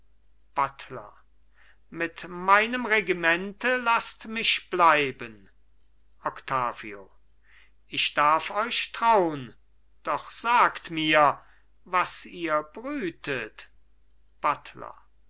buttler mit meinem regimente laßt mich bleiben octavio ich darf euch traun doch sagt mir was ihr brütet buttler